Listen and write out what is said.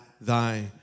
thy